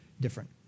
different